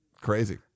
Crazy